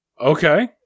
Okay